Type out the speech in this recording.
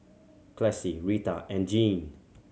Classie Rita and Jeanne